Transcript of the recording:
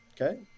Okay